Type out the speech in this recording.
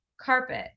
carpet